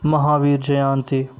Mahavir Jayanti